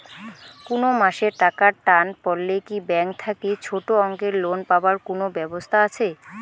কুনো মাসে টাকার টান পড়লে কি ব্যাংক থাকি ছোটো অঙ্কের লোন পাবার কুনো ব্যাবস্থা আছে?